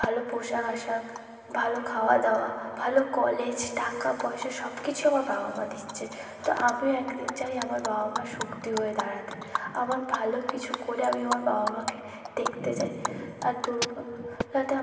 ভালো পোশাক আশাক ভালো খাওয়াদাওয়া ভালো কলেজ টাকাপয়সা সবকিছু আমার বাবা মা দিচ্ছে তো আমিও একদিন চাই আমার বাবা মার শক্তি হয়ে দাঁড়াতে আমার ভালো কিছু করে আমি আমার বাবা মাকে দেখতে চাই আর দুর্বলতা